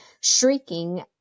shrieking